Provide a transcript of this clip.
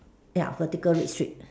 ya vertical red strip